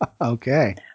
Okay